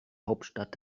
hauptstadt